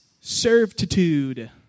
servitude